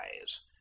eyes